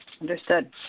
Understood